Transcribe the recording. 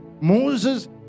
Moses